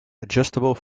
adjustable